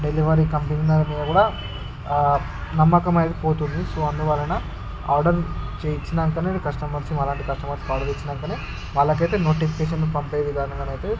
delivery company మీద కూడా నమ్మకం అనేది పోతుంది సో అందువలన ఆర్డరు ఇచ్చినంకనే కస్టమర్స్ మాలాంటి కస్టమర్స్కి ఆర్డర్ ఇచ్చినాకనే వాళ్ళకయితే నోటిఫికేషన్ పంపే విధానాలనయితే